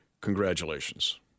Congratulations